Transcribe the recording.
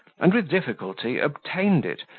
and with difficulty obtained it,